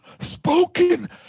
spoken